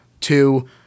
two